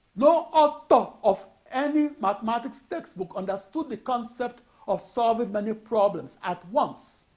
no author of any mathematics textbook understood the concept of solving many problems at once,